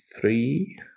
three